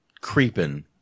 creeping